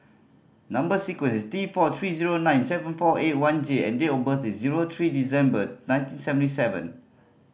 number sequence is T four three zero nine seven four eight one J and date of birth is zero three December nineteen seventy seven